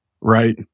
right